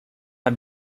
are